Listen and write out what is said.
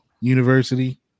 University